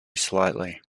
slightly